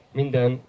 minden